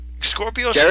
Scorpio